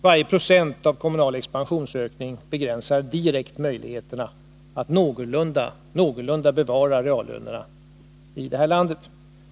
Varje procent av kommunal expansionsökning begränsar direkt möjligheterna att någorlunda bevara reallönerna i detta land.